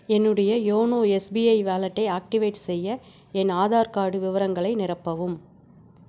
என்னுடைய YONO SBI வாலெட்டை activate செய்ய என் ஆதார் கார்டு விவரங்களை நிரப்பவும்